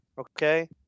Okay